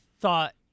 thought